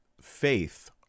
faith